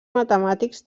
matemàtics